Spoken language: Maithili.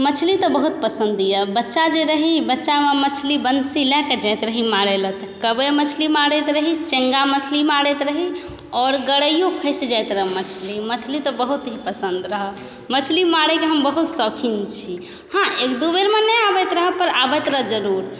मछली तऽ बहुत पसन्द अइ बच्चा जे रही बच्चामे मछली बंशी लऽ कऽ जाइत रही मारैलए तऽ कब्बै मछली मारैत रही चेङ्गा मछली मारैत रही आओर गरैओ फँसि जाइत रहै मछली मछली तऽ बहुत ही पसन्द रहै मछली मारैके हम बहुत शौकीन छी हँ एक दू बेरमे नहि आबैत रहै पर आबैत रहै जरूर